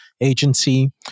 agency